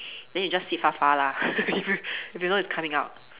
then you just sit far far lah if you know it's coming out